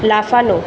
লাফানো